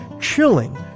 chilling